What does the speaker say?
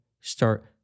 Start